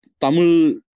Tamil